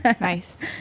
Nice